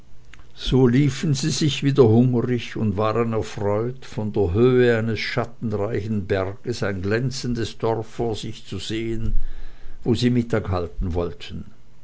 so liefen sie sich wieder hungrig und waren erfreut von der höhe eines schattenreichen berges ein glänzendes dorf vor sich zu sehen wo sie mittag halten wollten